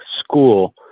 school